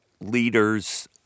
leaders